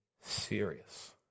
serious